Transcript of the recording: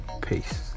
Peace